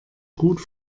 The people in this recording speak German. gut